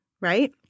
right